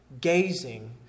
gazing